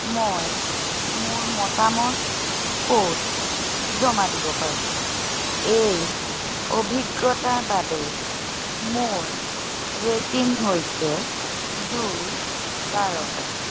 মই মোৰ মতামত ক'ত জমা দিব পাৰোঁ এই অভিজ্ঞতাৰ বাবে মোৰ ৰেটিং হৈছে দুই তাৰকা